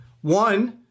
One